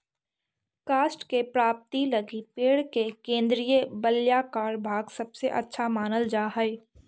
काष्ठ के प्राप्ति लगी पेड़ के केन्द्रीय वलयाकार भाग सबसे अच्छा मानल जा हई